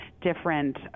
different